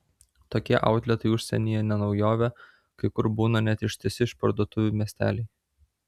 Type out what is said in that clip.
tokie autletai užsienyje ne naujovė kai kur būna net ištisi išparduotuvių miesteliai